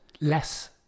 less